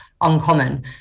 uncommon